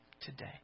today